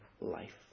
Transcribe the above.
life